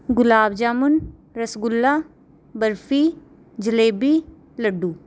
ਗੁਲਾਬ jamun rasgulla barfi jalebi ਲੱਡੂ